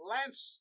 Lance